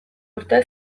urteak